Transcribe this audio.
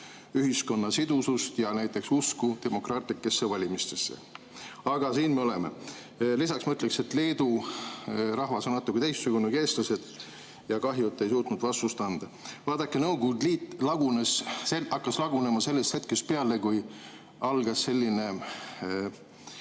ühiskonna sidusust ja usku demokraatlikesse valimistesse. Aga siin me oleme. Lisaks ütlen, et leedu rahvas on natukene teistsugune kui eestlased. Kahju, et te ei suutnud vastust anda. Vaadake, Nõukogude Liit hakkas lagunema sellest hetkest peale, kui [tekkis] selline